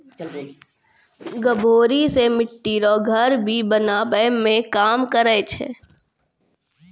गभोरी से मिट्टी रो घर भी बनाबै मे काम करै छै